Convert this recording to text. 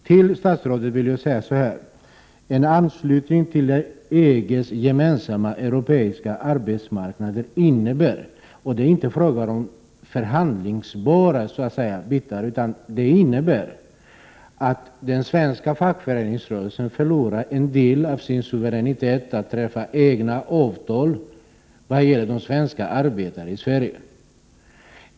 Till statsrådet vill jag säga att en anslutning till EG:s gemensamma europeiska arbetsmarknad innebär — och det är inte fråga om något som är förhandlingsbart — att den svenska fackföreningsrörelsen förlorar en del av sin suveränitet att träffa egna avtal vad gäller de svenska arbetarna i Sverige.